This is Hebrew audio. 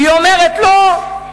והיא אומרת: לא,